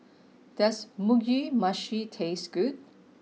does Mugi Meshi taste good